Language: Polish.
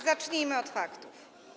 Zacznijmy od faktów.